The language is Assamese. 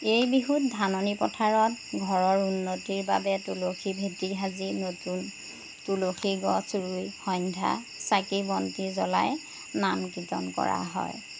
এই বিহুত ধাননি পথাৰত ঘৰৰ উন্নতিৰ বাবে তুলসী ভেটী সাজি নতুন তুলসী গছ ৰুই সন্ধ্যা চাকি বন্তি জ্বলাই নাম কীৰ্তন কৰা হয়